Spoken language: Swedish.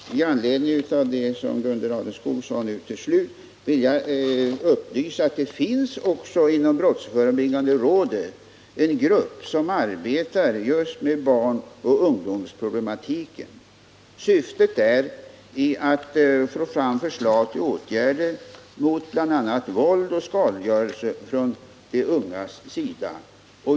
Herr talman! I anledning av det som Gunde Raneskog nu sade vill jag upplysa om att det inom brottsförebyggande rådet också finns en grupp som arbetar just med barnoch ungdomsproblematiken. Syftet är att få fram förslag till åtgärder mot bl.a. våld och skadegörelse från de ungas sida.